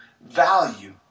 value